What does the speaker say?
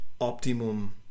optimum